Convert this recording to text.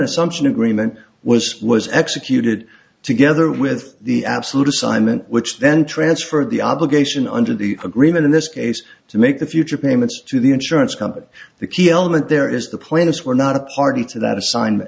assumption agreement was was executed together with the absolute assignment which then transferred the obligation under the agreement in this case to make the future payments to the insurance company the key element there is the planets were not a party to that assignment